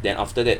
then after that